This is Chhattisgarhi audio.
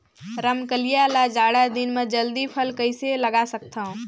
रमकलिया ल जाड़ा दिन म जल्दी फल कइसे लगा सकथव?